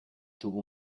tuvo